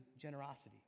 generosity